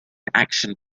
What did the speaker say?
action